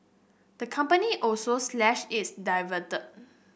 the company also slashed its